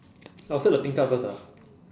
I'll start the pink card first ah